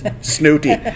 Snooty